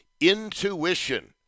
intuition